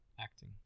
acting